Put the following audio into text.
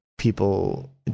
people